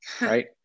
Right